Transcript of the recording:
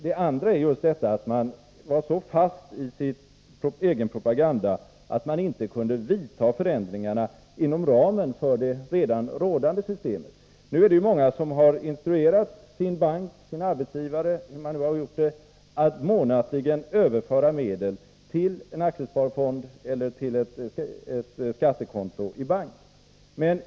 Det andra är just att man var så fast i sin egen propaganda att man inte kunde vidta förändringarna inom ramen för det redan rådande systemet. Nu är det många som har instruerat sin bank eller sin arbetsgivare — hur man nu har gjort det — att månatligen överföra medel till en aktiesparfond eller till ett skattekonto i bank.